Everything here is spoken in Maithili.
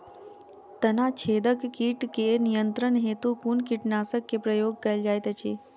तना छेदक कीट केँ नियंत्रण हेतु कुन कीटनासक केँ प्रयोग कैल जाइत अछि?